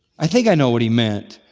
i think i knew what he meant.